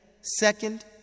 Second